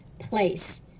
place